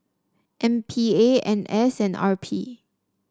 M P A N S and R P